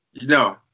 no